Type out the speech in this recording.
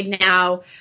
now